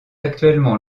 actuellement